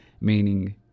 meaning